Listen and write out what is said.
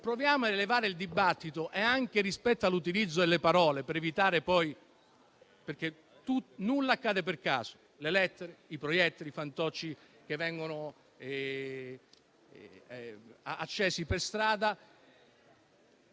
Proviamo ad elevare il dibattito, anche rispetto all'utilizzo delle parole. Nulla accade per caso: le lettere, i proiettili, i fantocci che vengono accesi per strada,